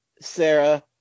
Sarah